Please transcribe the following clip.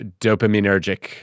dopaminergic